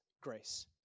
grace